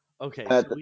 Okay